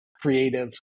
creative